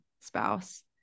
spouse